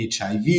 HIV